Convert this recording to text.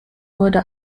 wurde